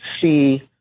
see